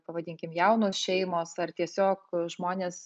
pavadinkime jaunos šeimos ar tiesiog žmonės